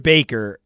Baker